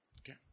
Okay